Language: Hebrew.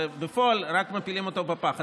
ובפועל רק מפילים אותו בפח.